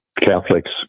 Catholics